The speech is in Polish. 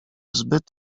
zbyt